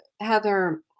Heather